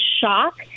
shock